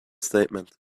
statement